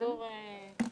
>>